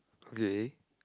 okay